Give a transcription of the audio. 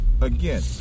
Again